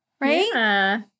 Right